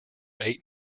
eight